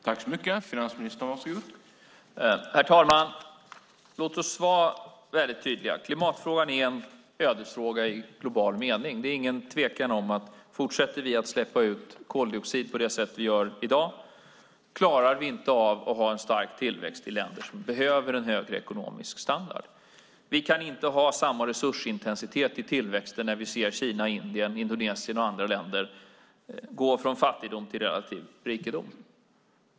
Herr talman! Låt oss vara väldigt tydliga. Klimatfrågan är en ödesfråga i global mening. Det är ingen tvekan om att fortsätter vi att släppa ut koldioxid på det sätt vi gör i dag klarar vi inte av att ha en stark tillväxt i länder som behöver en högre ekonomisk standard. Vi kan inte ha samma resursintensitet i tillväxten när vi ser Kina, Indien, Indonesien och andra länder gå från fattigdom till relativ rikedom.